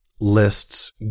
lists